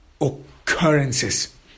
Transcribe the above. occurrences